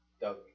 Doug